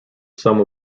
some